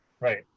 right